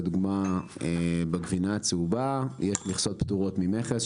לדוגמה: בגבינה הצהובה יש מכסות פטורות ממכס,